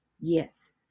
Yes